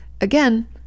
again